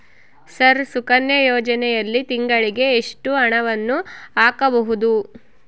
Sir Sukanya ಯೋಜನೆಯಲ್ಲಿ ತಿಂಗಳಿಗೆ ಎಷ್ಟು ಹಣವನ್ನು ಹಾಕಬಹುದು?